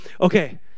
Okay